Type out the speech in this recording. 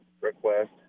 request